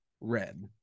red